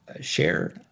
Share